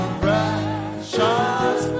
precious